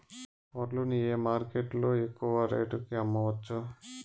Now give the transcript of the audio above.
వడ్లు ని ఏ మార్కెట్ లో ఎక్కువగా రేటు కి అమ్మవచ్చు?